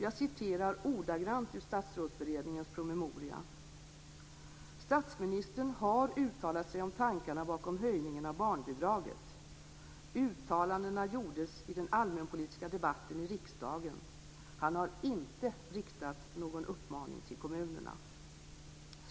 Jag citerar ordagrant ur Statsrådsberedningens promemoria: "Statsministern har uttalat sig om tankarna bakom höjningen av barnbidraget. Uttalandena gjordes i den allmänpolitiska debatten i riksdagen. Han har inte riktat någon uppmaning till kommunerna."